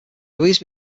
louise